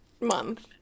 month